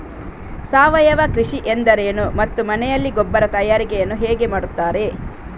ಸಾವಯವ ಕೃಷಿ ಎಂದರೇನು ಮತ್ತು ಮನೆಯಲ್ಲಿ ಗೊಬ್ಬರ ತಯಾರಿಕೆ ಯನ್ನು ಹೇಗೆ ಮಾಡುತ್ತಾರೆ?